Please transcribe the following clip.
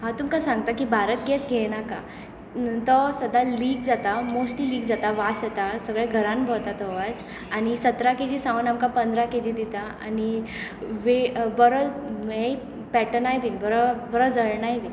हांव तुमकां सांगता की भारत गॅस घेवनाका तो सद्दा लीक जाता मोस्टली लीक जाता वास येता सगळ्या घरांत भोंवता तो वास आनी सतरा के जी सांगून आमकां पंदरा के जी दिता आनी बरो पेटनाय बी बरो जळनाय बी